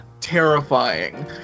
terrifying